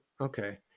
okay